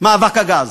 מאבק הגז,